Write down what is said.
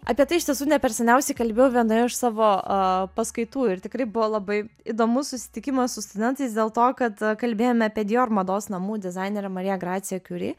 apie tai iš tiesų ne per seniausiai kalbėjau vienoje iš savo paskaitų ir tikrai buvo labai įdomus susitikimas su studentais dėl to kad kalbėjome apie dior mados namų dizainerę mariją graciją kiuri